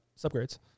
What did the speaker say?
subgrades